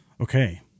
Okay